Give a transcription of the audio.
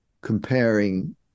comparing